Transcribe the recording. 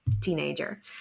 teenager